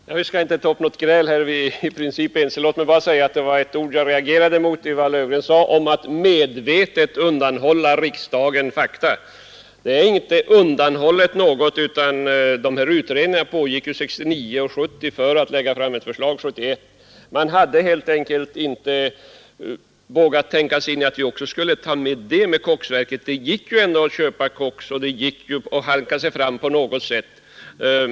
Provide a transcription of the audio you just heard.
Fru talman! Vi skall inte ta upp något gräl — vi är i princip ense. Det var bara några ord som jag reagerade mot. Herr Löfgren talade om att medvetet undanhålla riksdagen fakta. Det är inte något som är undanhållet. Utredningarna pågick 1969 och 1970 för att förslag skulle kunna läggas fram 1971. Man hade helt enkelt inte vågat tänka sig in i att man också skulle ta med förslaget om koksverket. Det gick ju ändå att =. köpa koks och att hanka sig fram på något sätt.